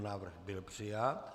Návrh byl přijat.